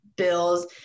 Bills